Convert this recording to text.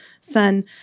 son